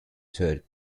third